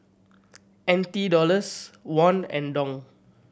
N T Dollars Won and Dong